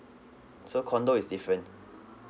so condominium is different